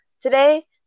Today